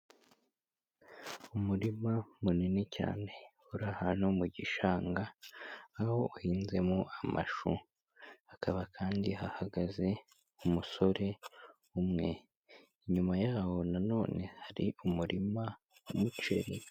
Umurima munini cyane uri ahantu mu gishanga, aho uhinzemo amashu, hakaba kandi hahagaze umusore umwe, inyuma yaho nanone hari umurima w'umuceri.